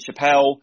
Chappelle